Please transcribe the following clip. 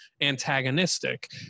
antagonistic